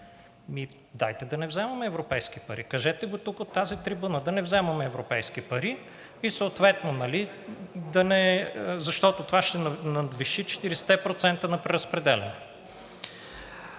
Дайте да не вземаме европейски пари. Кажете го тука от тази трибуна – да не вземаме европейски пари, защото това ще надвиши 40-те процента на преразпределяне.